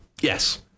Yes